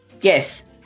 Yes